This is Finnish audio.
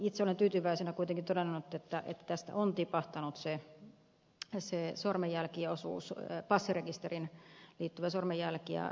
itse olen tyytyväisenä kuitenkin todennut että tästä on tipahtanut pois se passirekisteriin liittyvä sormenjälki ja tunnisteosuus